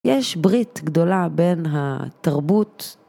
יש ברית גדולה בין התרבות